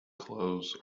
clothes